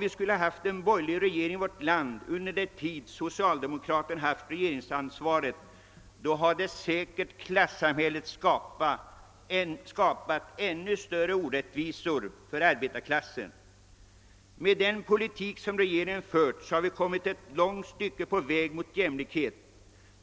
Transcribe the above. vi skulle ha haft en borgerlig regering i vårt land under den tid socialdemokraterna har haft regeringsansvaret, hade säkert klassamhället skapat ännu större orättvisor för arbetarklassen. Med den politik som regeringen fört har vi kommit ett långt stycke på väg mot jämlikhet.